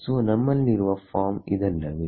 so ನಮ್ಮಲ್ಲಿ ಇರುವ form ಇದಲ್ಲವೇ